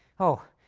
oh,